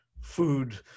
food